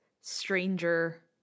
stranger